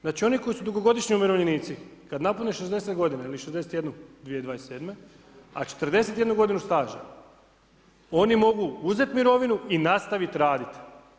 Znači oni koji su dugogodišnji umirovljenici kada napune 60 godina ili 61 2027. a 41 godinu staža oni mogu uzeti mirovinu i nastaviti raditi.